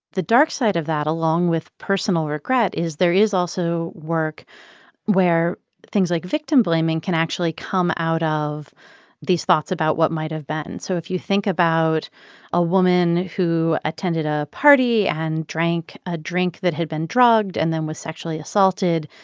the dark side of that, along with personal regret, is there is also work where things like victim-blaming can actually come out of these thoughts about what might have been. so if you think about a woman who attended a party and drank a drink that had been drugged and then was sexually assaulted,